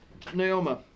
Naoma